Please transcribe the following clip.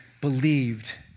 believed